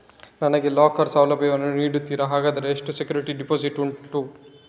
ನನಗೆ ಲಾಕರ್ ಸೌಲಭ್ಯ ವನ್ನು ನೀಡುತ್ತೀರಾ, ಹಾಗಾದರೆ ಎಷ್ಟು ಸೆಕ್ಯೂರಿಟಿ ಡೆಪೋಸಿಟ್ ಉಂಟು?